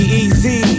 easy